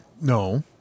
No